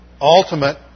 ultimate